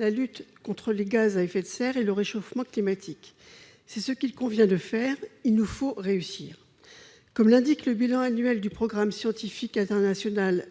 la lutte contre les émissions de gaz à effet de serre et le réchauffement climatique. C'est ce qu'il convient de faire ; il nous faut réussir ! Comme l'indique le bilan annuel du programme scientifique international,